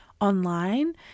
Online